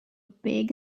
big